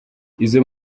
izo